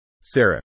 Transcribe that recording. Sarah